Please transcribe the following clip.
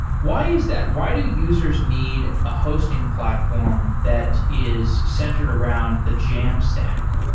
why is that? why do users need a hosting platform that is centered around the jamstack?